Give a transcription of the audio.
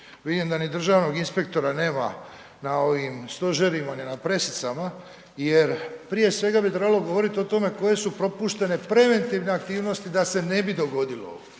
Vidim da ni državnog inspektora nema na ovim stožerima ni na pressicama jer prije svega bi trebalo govoriti o tome koje su propuštene preventivne aktivnosti da se ne bi dogodilo ovo